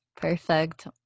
perfect